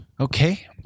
Okay